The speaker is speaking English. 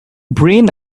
brain